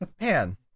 man